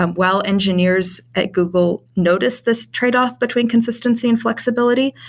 um while engineers at google noticed this tradeoff between consistency and flexibility,